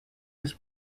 his